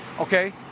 okay